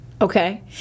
Okay